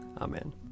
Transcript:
Amen